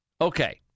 Okay